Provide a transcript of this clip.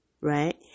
right